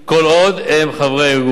כל עוד הם חברי הארגון.